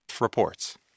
reports